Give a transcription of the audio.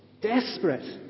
desperate